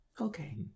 Okay